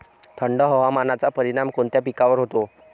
थंड हवामानाचा परिणाम कोणत्या पिकावर होतो?